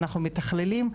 אנחנו מתכללים,